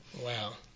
Wow